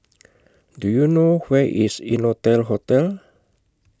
Do YOU know Where IS Innotel Hotel